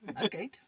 Okay